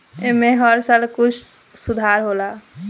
ऐमे हर साल कुछ सुधार होला